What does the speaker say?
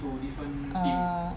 orh